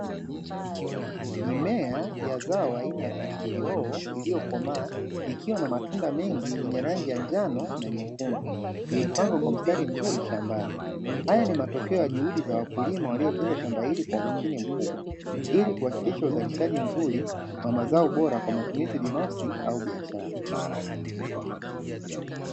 Mimea ya zao aina ya pilipili hoho iliyo komaa ikiwa na matunda mengi yenye rangi ya njano na nyekundu. imepandwa kwa mstari mzuri shambani. Haya ni matokeo ya juhudi za wakulima waliotunza shamba hili kwa umakini mkubwa, ili kuhakikisha uzalishaji mzuri wa mazao bora kwa matumizi binafsi au biashara.